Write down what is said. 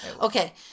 Okay